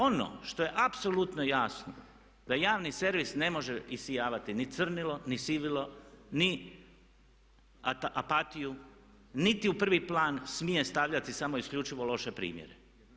Ono što je apsolutno jasno da javni servis ne može isijavati ni crnilo, ni sivilo ni apatiju, niti u prvi plan smije stavljati samo isključivo loše primjere.